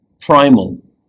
primal